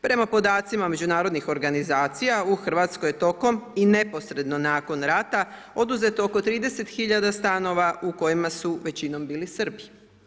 Prema podacima međunarodnih organizacija u Hrvatskoj je tokom i neposredno nakon rata oduzeto oko 30 hiljada stanova u kojima su većinom bili Srbi.